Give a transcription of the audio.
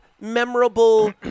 memorable